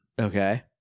Okay